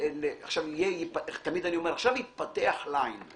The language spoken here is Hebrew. תמיד אני אומר, עכשיו יתפתח ליין,